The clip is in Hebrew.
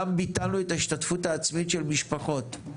גם ביטלנו את ההשתתפות העצמית של משפחות,